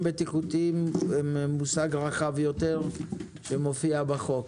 בטיחותיים הם מושג רחב יותר שמופיע בחוק.